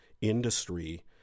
industry